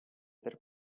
per